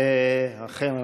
אכן,